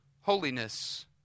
holiness